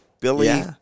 Billy